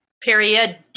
Period